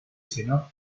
sino